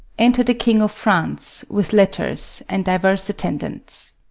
enter the king of france, with letters, and divers attendants